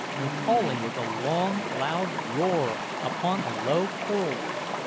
and falling with a long, loud roar upon a low coral reef,